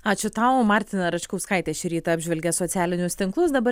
ačiū tau martina račkauskaitė šį rytą apžvelgė socialinius tinklus dabar